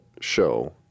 show